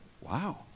wow